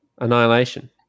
Annihilation